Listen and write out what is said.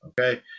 Okay